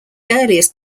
earliest